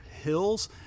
hills